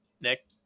Nick